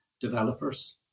developers